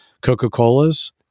Coca-Colas